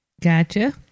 Gotcha